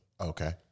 Okay